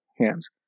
hands